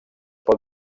pot